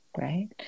right